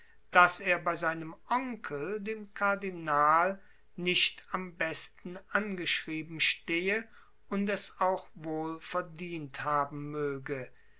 daß er bei seinem onkel dem kardinal nicht am besten angeschrieben stehe und es auch wohl verdient haben möge